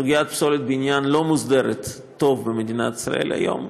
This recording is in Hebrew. סוגיית פסולת הבניין לא מוסדרת טוב במדינת ישראל היום.